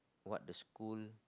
what the school